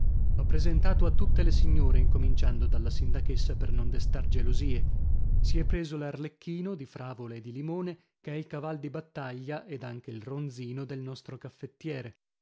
l'ho presentato a tutte le signore incominciando dalla sindachessa per non destar gelosie si è preso l'arlecchino di fravola e di limone che è il caval di battaglia ed anche il ronzino del nostro caffettiere